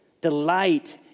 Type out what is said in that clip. delight